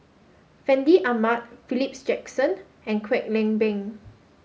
Fandi Ahmad Philip Jackson and Kwek Leng Beng